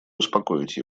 успокоить